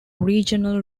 regional